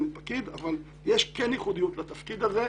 אני פקיד, אבל יש ייחודיות לתפקיד הזה,